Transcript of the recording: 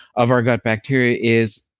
of our gut bacteria is